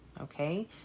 Okay